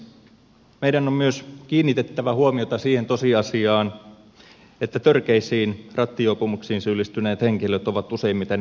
meidän on myös kiinnitettävä huomiota siihen tosiasiaan että törkeisiin rattijuopumuksiin syyllistyneet henkilöt ovat useimmiten alkoholisteja